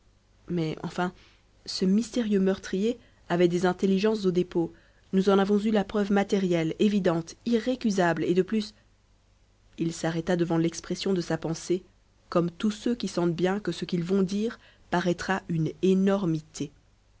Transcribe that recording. mais enfin ce mystérieux meurtrier avait des intelligences au dépôt nous en avons eu la preuve matérielle évidente irrécusable et de plus il s'arrêta devant l'expression de sa pensée comme tous ceux qui sentent bien que ce qu'ils vont dire paraîtra une énormité